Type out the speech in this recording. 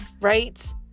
Right